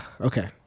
okay